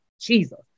Jesus